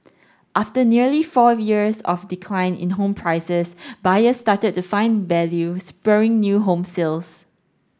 after nearly four years of decline in home prices buyers started to find value spurring new home sales